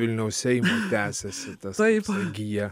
vilniaus seime tęsiasi tas toksai gija